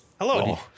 Hello